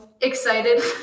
Excited